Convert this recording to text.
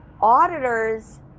auditors